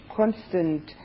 constant